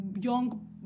young